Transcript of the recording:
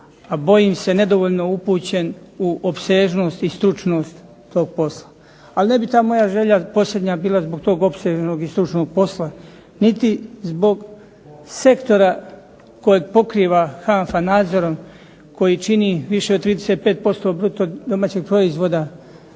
a bojim se nedovoljno upućen u opsežnost i stručnost tog posla, ali ne bi ta moja želja posljednja bila zbog tog opsežnog i stručnog posla, niti zbog sektora kojeg pokriva HANFA nadzorom koji čini više od 35% bruto domaćeg proizvoda